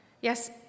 yes